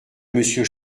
monsieur